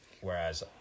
whereas